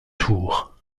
tours